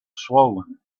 swollen